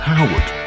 Howard